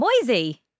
Moisey